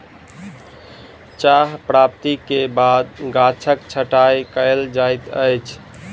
चाह प्राप्ति के बाद गाछक छंटाई कयल जाइत अछि